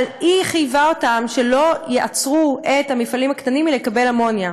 אבל היא חייבה אותם שלא יעצרו את המפעלים הקטנים מלקבל אמוניה.